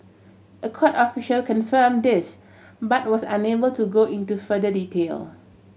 a court official confirm this but was unable to go into further detail